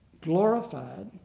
glorified